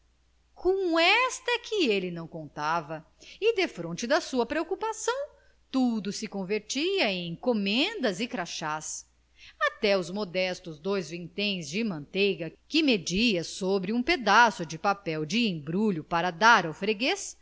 com esta é que ele não contava e defronte da sua preocupação tudo se convertia em comendas e crachás até os modestos dois vinténs de manteiga que media sobre um pedaço de papel de embrulho para dar ao freguês